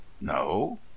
no